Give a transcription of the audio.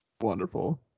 wonderful